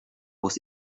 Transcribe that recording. was